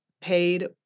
paid